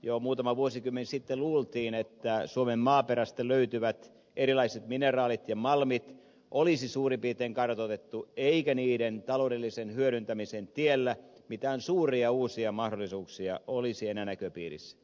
jo muutama vuosikymmen sitten luultiin että suomen maaperästä löytyvät erilaiset mineraalit ja malmit olisi suurin piirtein kartoitettu eikä niiden taloudellisen hyödyntämisen tiellä mitään suuria uusia mahdollisuuksia olisi enää näköpiirissä